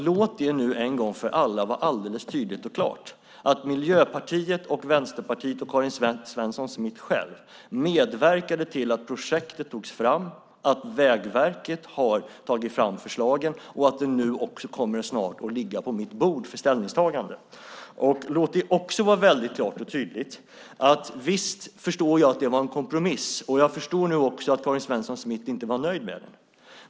Låt det nu en gång för alla vara alldeles tydligt och klart att Miljöpartiet, Vänsterpartiet och Karin Svensson Smith själv medverkade till att projektet togs fram, att Vägverket har tagit fram förslagen och att det nu snart kommer att ligga på mitt bord för ställningstagande. Visst förstår jag att det var en kompromiss. Jag förstår nu också att Karin Svensson Smith inte var nöjd med den.